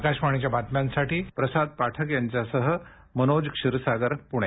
आकाशवाणीच्या बातम्यांसाठी प्रसाद पाठक यांच्यासह मनोज क्षीरसागर पुणे